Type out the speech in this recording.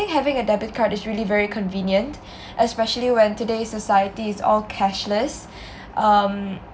having a debit card is really very convenient especially when today's society is all cashless um